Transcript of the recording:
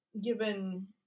given